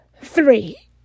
three